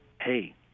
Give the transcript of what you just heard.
hey